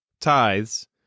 Tithes